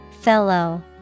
Fellow